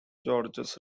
georges